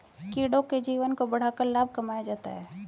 कीड़ों के जीवन को बढ़ाकर लाभ कमाया जाता है